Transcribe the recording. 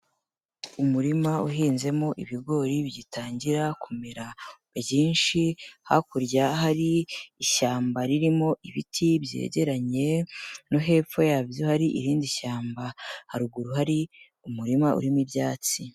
Umurima uhinzemo ibigori gitangira kumera, byinshi hakurya hari ishyamba ririmo ibiti byegeranye, no hepfo yabyo hari irindi shyamba, haruguru hari umurima urimo ibyatsi.